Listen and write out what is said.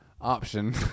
option